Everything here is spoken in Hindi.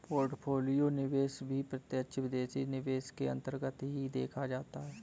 पोर्टफोलियो निवेश भी प्रत्यक्ष विदेशी निवेश के अन्तर्गत ही देखा जाता है